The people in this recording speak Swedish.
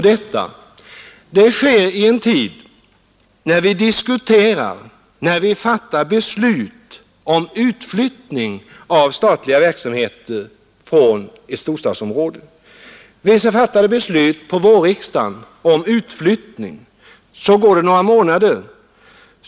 Detta sker i en tid, när vi diskuterar och fattar beslut om utflyttning av statliga verksamheter från ett storstadsområde. Under vårriksdagen fattade vi beslut om utflyttning. Så går några månader.